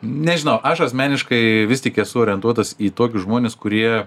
nežinau aš asmeniškai vis tik esu orientuotas į tokius žmones kurie